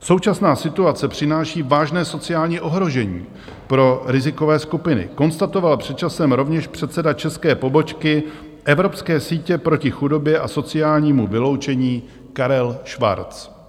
Současná situace přináší vážné sociální ohrožení pro rizikové skupiny, konstatoval před časem rovněž předseda české pobočky Evropské sítě proti chudobě a sociálnímu vyloučení Karel Schwarz.